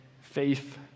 faith